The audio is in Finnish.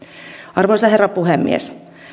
arvoisa herra puhemies